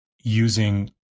using